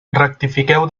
rectifiqueu